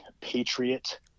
Patriot